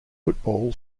football